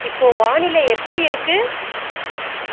இப்போது வானிலை எப்படி இருக்குது